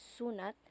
sunat